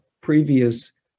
previous